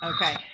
okay